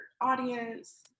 audience